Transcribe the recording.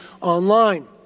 online